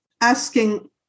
asking